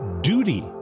duty